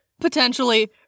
potentially